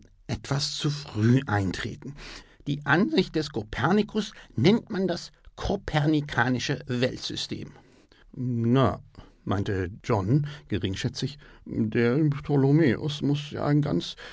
etwas zu früh eintreten die ansicht des kopernikus nennt man das kopernikanische weltsystem na meinte john geringschätzig der ptolomäus muß ja ein ganz